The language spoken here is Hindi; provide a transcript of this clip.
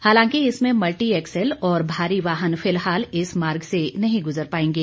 हालांकि इसमें मल्टी एक्सल और भारी वाहन फिलहाल इस मार्ग नहीं गुजर पाएंगे